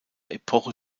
epoche